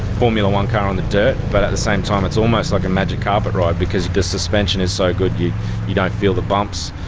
formula one car on the dirt but at the same time it's almost like a magic carpet ride because the suspension is so good you you don't feel the bumps.